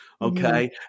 Okay